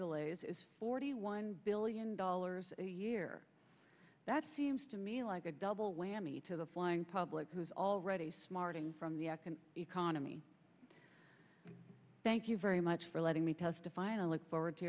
delays is forty one billion dollars a year that seems to me like a double whammy to the flying public who is already smarting from the economy thank you very much for letting me testify and i look forward to